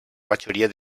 majoria